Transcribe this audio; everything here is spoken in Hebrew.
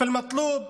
הם עבדו בחקלאות.